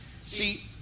See